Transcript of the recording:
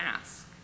ask